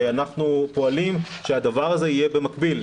שאנחנו פועלים שהדבר הזה יהיה במקביל.